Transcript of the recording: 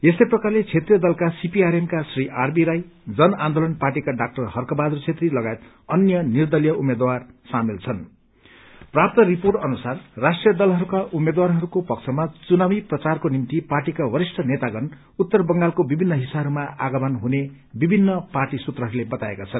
यस्तै प्रकारले क्षेत्रिाय दलका सीपीआरएम का श्री आरबी राई जन आन्दोलन पार्टीका डाक्टर हर्क बहादुर छेत्री लगायत अन्य निर्दलीय उम्मेद्वार सामेलछन् प्राप्त रिर्पोट अनुसार राष्ट्रिय दलहरूका उम्मेद्वारहरूको पक्षमा चुनावी प्रचार को निम्ति ार्टका वरिष्ठ नेतागण उत्तर बंगालको विभिन्न हिस्साहरूमा आएपछि विभिन्न पार्टी सूत्रहरूले दिएका छन्